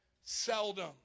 Seldom